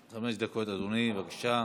חמש דקות, אדוני, בבקשה.